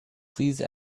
please